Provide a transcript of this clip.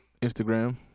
Instagram